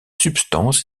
substances